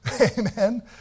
Amen